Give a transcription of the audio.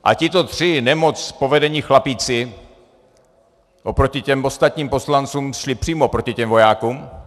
A tito tři ne moc povedení chlapíci oproti těm ostatním poslancům šli přímo proti těm vojákům.